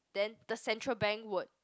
then the Central Bank would